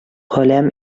каләм